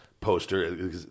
poster